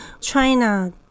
China